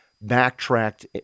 backtracked